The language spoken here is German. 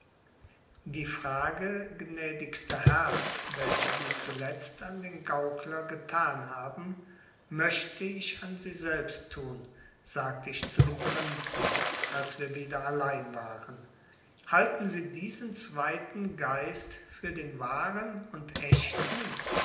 die frage gnädigster herr welche sie zuletzt an den gaukler getan haben möchte ich an sie selbst tun sagte ich zu dem prinzen als wir wieder allein waren halten sie diesen zweiten geist für den wahren und echten